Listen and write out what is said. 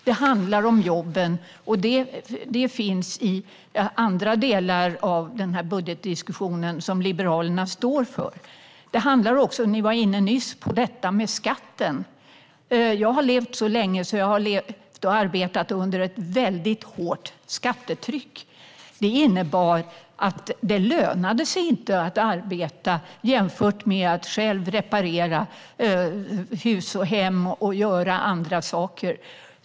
Det handlar om jobben, och vad Liberalerna står för där finns i andra delar av budgetdiskussionen. Ni var nyss inne på detta med skatten. Jag har levat länge och var med och arbetade på den tiden när vi hade ett väldigt hårt skattetryck. Det innebar att det inte lönade sig att arbeta, jämfört med att själv reparera hus och hem och göra andra saker.